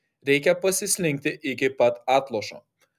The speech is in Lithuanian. reikia pasislinkti iki pat atlošo